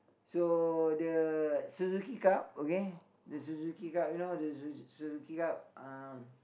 so the Suzuki-Cup okay the Suzuki-Cup you know the Suzu~ Suzuki-Cup um